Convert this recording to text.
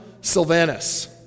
Sylvanus